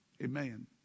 Amen